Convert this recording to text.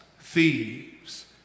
thieves